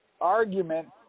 argument